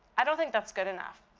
i don't think that's good enough.